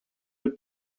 his